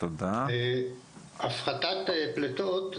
הפחתת פליטות,